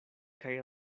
kaj